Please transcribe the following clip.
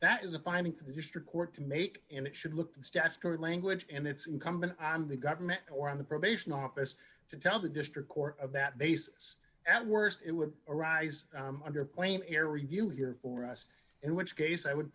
for the district court to make and it should look at statutory language and it's incumbent on the government or on the probation office to tell the district court of that basis at worst it would arise under plain air review here for us in which case i would